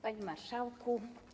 Panie Marszałku!